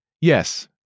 Yes